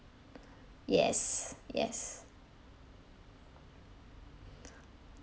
yes yes